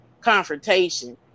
confrontation